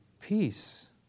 Peace